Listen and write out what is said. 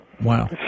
Wow